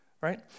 right